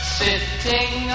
sitting